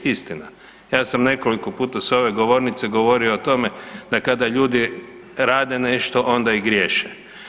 Istina ja sam nekoliko puta s ove govornice govorio o tome da kada ljudi rade nešto onda i griješe.